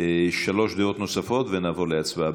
שלוש דעות נוספות ונעבור להצבעה.